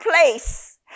place